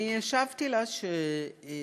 אני השבתי לה שעם